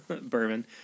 bourbon